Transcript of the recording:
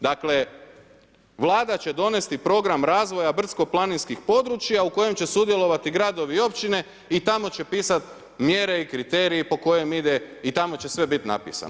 Dakle, Vlada će donesti program razvoja brdsko planinskih područja, u kojem će sudjelovati gradovi i općine, i tamo će pisati mjere i kriteriji, po kojem ide i tamo će sve biti napisano.